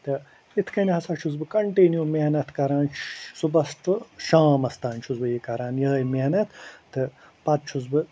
تہٕ اِتھ کٔنۍ ہسا چھُس بہٕ کنٹنوٗ محنت کَران صبحس ٹُو شامس تانی چھُس بہٕ یہِ کَران یِہٲے محنت تہٕ پتہٕ چھُس بہٕ